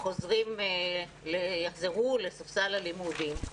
יחזרו לספסל הלימודים.